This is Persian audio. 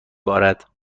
بارد